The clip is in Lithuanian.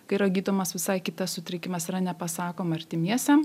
kai yra gydomas visai kitas sutrikimas yra nepasakoma artimiesiem